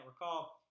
recall